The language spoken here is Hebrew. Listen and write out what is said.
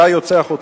אתה יוצא החוצה.